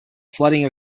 flooding